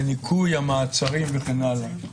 בניכוי המעצרים וכן הלאה.